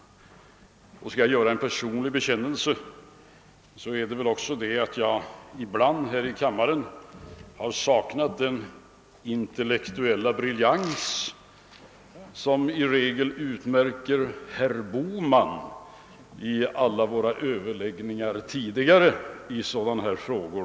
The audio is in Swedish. Om jag skall göra en personlig bekännelse kan jag säga, att jag ibland här i kammaren har saknat den intellektuella briljans som i regel utmärkt herr Bohman i alla våra överläggningar tidigare i sådana här frågor.